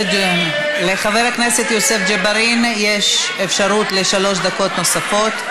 לחבר הכנסת יוסף ג'בארין יש אפשרות לשלוש דקות נוספות.